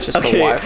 okay